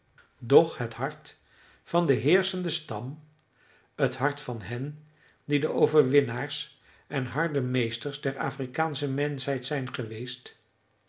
doch het hart van den heerschenden stam het hart van hen die de overwinnaars en harde meesters der afrikaansche menschheid zijn geweest